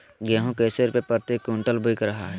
गेंहू कैसे रुपए प्रति क्विंटल बिक रहा है?